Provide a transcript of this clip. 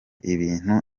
ibintu